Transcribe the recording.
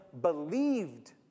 believed